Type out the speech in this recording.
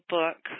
book